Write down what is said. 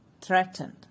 threatened